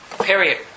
Period